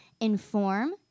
inform